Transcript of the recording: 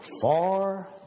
far